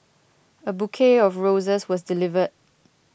a bouquet of roses was delivered